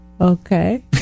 Okay